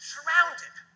Surrounded